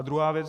Druhá věc.